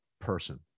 person